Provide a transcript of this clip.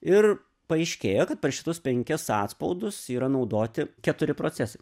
ir paaiškėjo kad per šitus penkis atspaudus yra naudoti keturi procesai